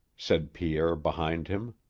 said pierre behind him.